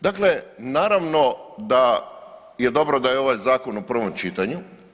Dakle, naravno da je dobro da je ovaj zakon u prvom čitanju.